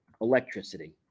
electricity